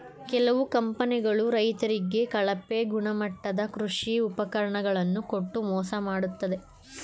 ಕೆಲವು ಕಂಪನಿಗಳು ರೈತರಿಗೆ ಕಳಪೆ ಗುಣಮಟ್ಟದ ಕೃಷಿ ಉಪಕರಣ ಗಳನ್ನು ಕೊಟ್ಟು ಮೋಸ ಮಾಡತ್ತದೆ